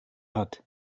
hat